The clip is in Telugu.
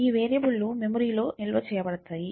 ఈ వేరియబుల్ లు మెమరీలో నిల్వ చేయబడతాయి